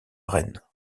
rennes